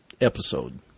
episode